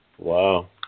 Wow